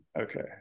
okay